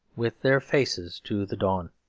with their faces to the dawn.